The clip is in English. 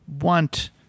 want